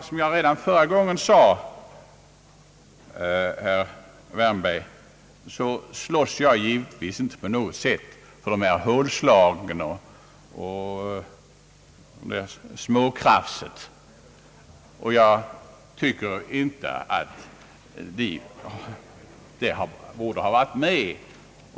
Som jag sade redan förra gången, slåss jag givetvis inte på något sätt för hålslagen och det andra småkrafset, och jag tycker inte att det borde ha varit med.